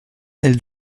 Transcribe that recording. elle